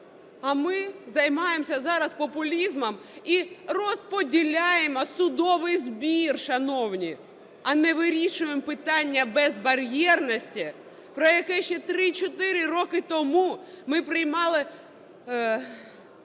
А ми займаємося зараз популізмом і розподіляємо судовий збір, шановні, а не вирішуємо питання безбар'єрності, про яке ще 3-4 роки тому ми приймали